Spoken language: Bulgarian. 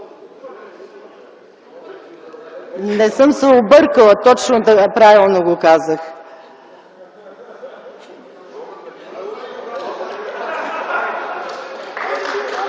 Не съм се объркала – правилно го казах.